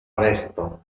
presto